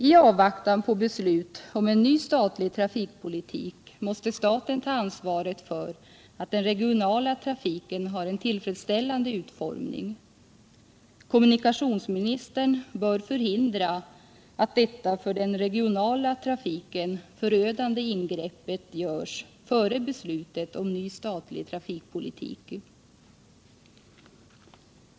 I avvaktan på beslut om en ny statlig trafikpolitik måste staten ta ansvaret för att den regionala trafiken har en tillfredsställande utformning. Kommunikationsministern bör förhindra att detta för den regionala trafiken förödande ingreppet görs före beslutet om ny statlig trafikpolitik.